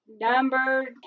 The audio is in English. Number